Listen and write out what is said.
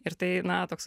ir tai na toks